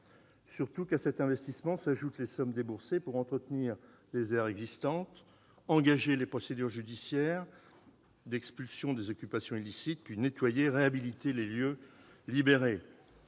ajouter à cet investissement les sommes déboursées pour entretenir les aires existantes, engager les procédures judiciaires d'expulsion des occupations illicites, puis nettoyer et réhabiliter les lieux libérés.